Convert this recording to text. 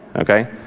okay